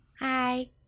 Hi